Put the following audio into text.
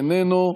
איננו,